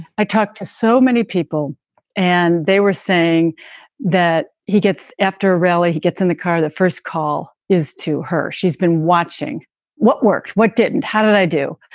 i talked to so many people and they were saying that he gets after a rally. he gets in the car. the first call is to her. she's been watching what worked, what didn't. how did i do?